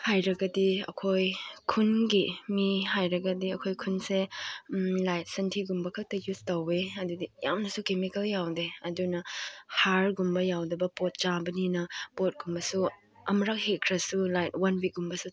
ꯍꯥꯏꯔꯒꯗꯤ ꯑꯩꯈꯣꯏ ꯈꯨꯟꯒꯤ ꯃꯤ ꯍꯥꯏꯔꯒꯗꯤ ꯑꯩꯈꯣꯏ ꯈꯨꯟꯁꯦ ꯂꯥꯏꯛ ꯁꯟꯊꯤꯒꯨꯝꯕ ꯈꯛꯇ ꯌꯨꯁ ꯇꯧꯋꯦ ꯑꯗꯨꯗꯤ ꯌꯥꯝꯅꯁꯨ ꯀꯦꯃꯤꯀꯦꯜ ꯌꯥꯎꯗꯦ ꯑꯗꯨꯅ ꯍꯥꯔꯒꯨꯝꯕ ꯌꯥꯎꯗꯕ ꯄꯣꯠ ꯆꯥꯕꯅꯤꯅ ꯄꯣꯠꯀꯨꯝꯕꯁꯨ ꯑꯃꯨꯔꯛ ꯍꯦꯛꯈ꯭ꯔꯁꯨ ꯂꯥꯏꯛ ꯋꯥꯟ ꯋꯤꯛꯀꯨꯝꯕꯁꯨ